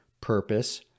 purpose